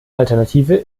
alternative